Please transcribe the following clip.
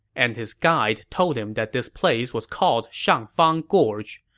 and his guide told him that this place was called shangfang gorge.